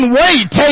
wait